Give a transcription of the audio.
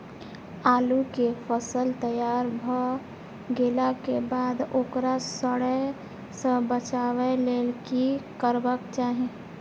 आलू केय फसल तैयार भ गेला के बाद ओकरा सड़य सं बचावय लेल की करबाक चाहि?